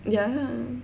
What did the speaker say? ya lah